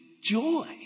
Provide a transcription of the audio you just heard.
joy